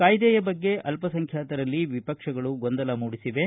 ಕಾಯ್ದೆಯ ಬಗ್ಗೆ ಅಲ್ಪಸಂಖ್ಯಾತರಲ್ಲಿ ವಿಪಕ್ಷಗಳು ಗೊಂದಲ ಮೂಡಿಸಿವೆ